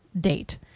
date